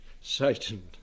Satan